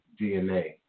DNA